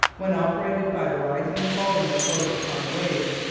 when operated by the rising and falling of floats upon the waves,